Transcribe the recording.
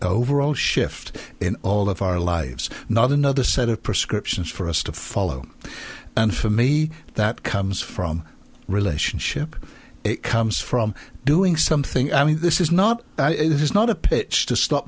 overall shift in all of our lives not another set of prescriptions for us to follow and for me that comes from relationship it comes from doing something i mean this is not this is not a pitch to stop